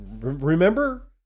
Remember